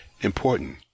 important